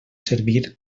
servir